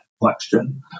question